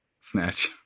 Snatch